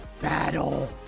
battle